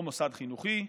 או מוסד חינוכי.